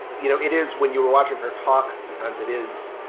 you know it is when you were watching her talk. sometimes it is.